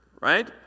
right